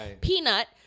peanut